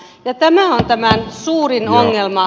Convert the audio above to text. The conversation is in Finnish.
tämä on tämän suurin ongelma